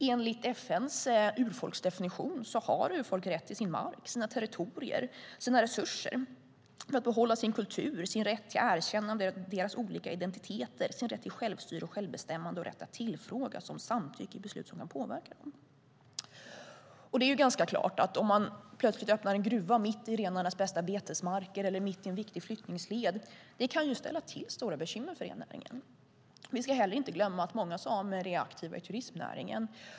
Enligt FN:s urfolksdefinition har urfolk rätt till sin mark, sina territorier, sina resurser, att behålla sin kultur, rätt till erkännande av deras olika identiteter, rätt till självstyre och självbestämmande och rätt att tillfrågas om samtycke vid beslut som kan påverka dem. Det är ganska klart att om man plötsligt öppnar en gruva mitt i renarnas bästa betesmarker eller mitt i en viktig flyttningsled kan det ställa till stora bekymmer för rennäringen. Vi ska heller inte glömma att många samer är aktiva i turismnäringen.